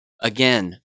again